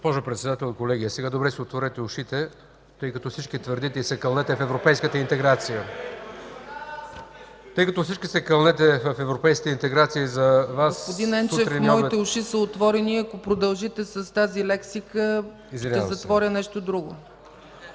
Господин Енчев, моите уши са отворени. Ако продължите с тази лексика, ще затворя нещо друго.